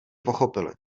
pochopili